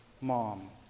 mom